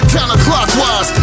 Counterclockwise